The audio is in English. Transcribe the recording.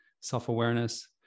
self-awareness